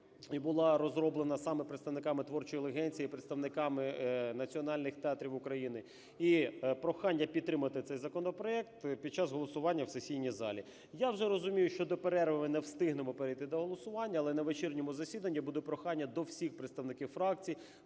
була розроблена саме представниками творчої інтелігенції, представниками національних театрів України. І прохання підтримати цей законопроект під час голосування в сесійній залі. Я вже розумію, що до перерви ми не встигнемо перейти до голосування, але на вечірньому засіданні буде прохання до всіх представників фракцій,